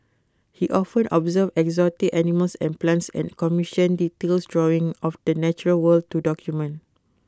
he often observed exotic animals and plants and commissioned detailed drawings of the natural world to document